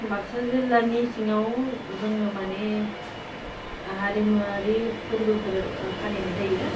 बागसा जिल्लानि सिङाव जोङो मानि हारिमुवारि फोरबोफोर फालिनाय जायो